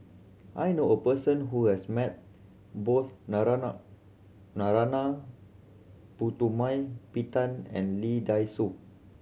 I know a person who has met both Narana Narana Putumaippittan and Lee Dai Soh